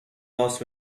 last